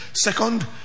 Second